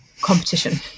competition